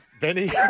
Benny